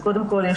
קודם כל,